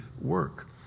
work